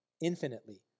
Infinitely